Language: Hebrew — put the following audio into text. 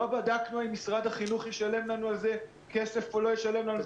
לא בדקנו אם משרד החינוך ישלם לנו על זה כסף או לא ישלם לנו כסף.